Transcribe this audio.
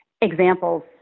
Examples